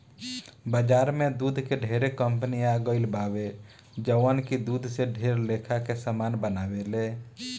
बाजार में दूध के ढेरे कंपनी आ गईल बावे जवन की दूध से ढेर लेखा के सामान बनावेले